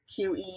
QE